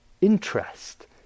interest